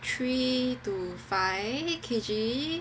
three to five K_G